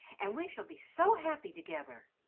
and we shall be so happy together!